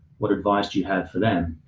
what advice do you have for them?